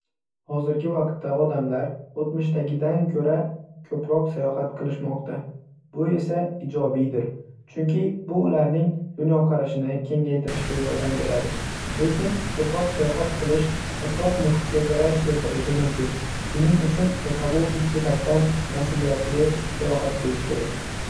Hozirgi vaqtda odamlar o'tmishdagidan ko'ra ko'proq sayohat qilishmoqda, bu esa ijobiydir, chunki bu ularning dunyoqarashini kengaytirishga yordam beradi. Lekin ko'proq sayohat qilish atrof-muhitga zarar keltirishi mumkin, shuning uchun ekologik jihatdan mas'uliyatli sayohat qilish kerak.